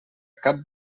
cap